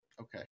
Okay